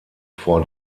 vor